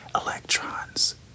electrons